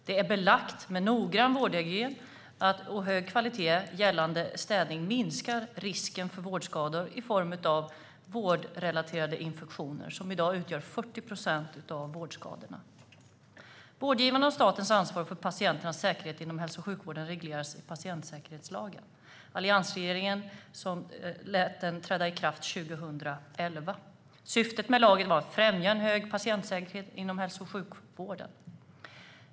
Det är belagt att man med noggrann vårdhygien och hög kvalitet gällande städning minskar risken för vårdskador i form av vårdrelaterade infektioner, vilka i dag utgör 40 procent av vårdskadorna. Vårdgivarnas och statens ansvar för patienternas säkerhet inom hälso och sjukvården regleras i patientsäkerhetslagen, som alliansregeringen lät träda i kraft 2011. Syftet med lagen var att främja en hög patientsäkerhet inom hälso och sjukvården.